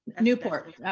Newport